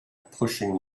pushing